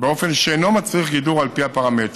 באופן שאינו מצריך גידור על פי הפרמטרים.